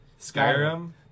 Skyrim